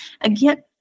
Again